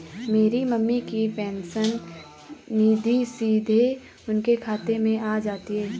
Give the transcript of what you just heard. मेरी मम्मी की पेंशन निधि सीधे उनके खाते में आ जाती है